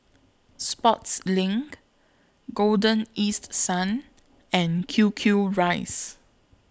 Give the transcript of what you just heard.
Sportslink Golden East Sun and Q Q Rice